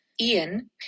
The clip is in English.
Ian